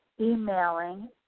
emailing